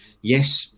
Yes